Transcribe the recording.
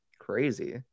crazy